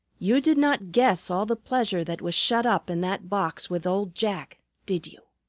you did not guess all the pleasure that was shut up in that box with old jack, did you?